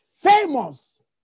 Famous